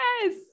Yes